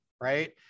Right